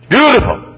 Beautiful